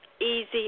easy